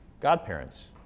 Godparents